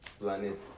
planet